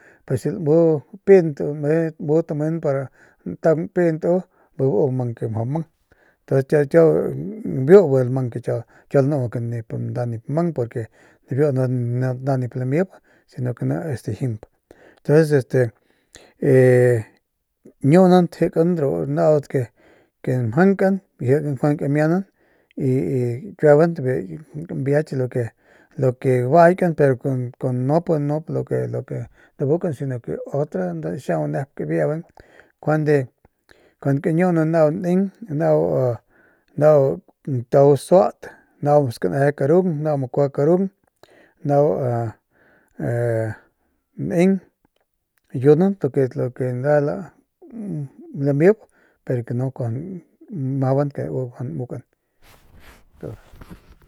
Pero si lamu piint u lamu tamen para ntaung piint u y u mang ke mjau mang ntun kiau kiau biu bi lmang ke kiau kiau lnuu ke nda nip mang porque nibiu ni ni nda nip lamp si no ke ni es dijimp entonces este ñuunt jikan ru naudat ke mjankan bijiy jikan njuande kamiamban y y kiueban ru kambiaky lu ke baaykan pero con con nup nup lu ke lu ke dabukan si no ke otra nda xiaung nep kabiaayban njuande kañuunan nau neng nau nau a neng yunant lu ke nda ya lamp pero nu kuajau n maban ke u nmukan.